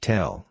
Tell